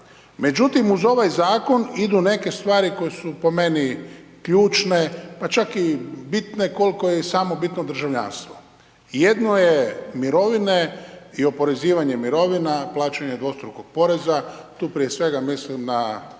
Međutim, uz ovaj zakon idu neke stvari koje su po meni ključne pa čak i bitne koliko je i samo bitno državljanstvo. I jedno je mirovine i oporezivanje mirovina, plaćanje dvostrukog poreza. Tu prije svega mislim na